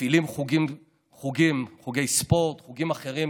מפעילי חוגים, חוגי ספורט, חוגים אחרים.